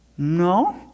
No